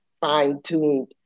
fine-tuned